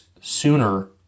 sooner